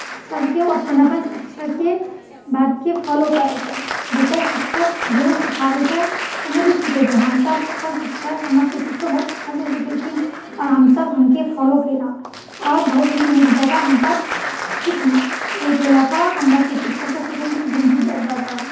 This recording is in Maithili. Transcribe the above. सभ कियो अपन अपन शिक्षकके बातके फॉलो करै छै जकर शिक्षक जेना सिखाबै छै तेनाहिते सीखै छै हमसभ अपन शिक्षक हमरसभके शिक्षक बहुत अच्छासँ सिखेलखिन आओर हमसभ हुनके फॉलो केलहुँ आओर बहुत ही नीक जँका हमसभ सिखलहुँ ओहिके लऽ कऽ हमरासभके शिक्षक तऽ सिखेलखिन बिन्दु दऽ दऽ कऽ